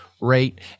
rate